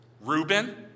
Reuben